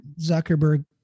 Zuckerberg